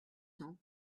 cents